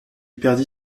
perdit